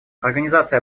организация